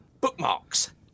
bookmarks